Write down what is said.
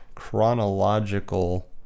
Chronological